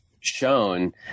shown